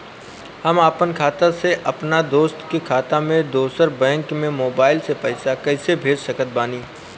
हम आपन खाता से अपना दोस्त के खाता मे दोसर बैंक मे मोबाइल से पैसा कैसे भेज सकत बानी?